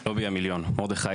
המיליון?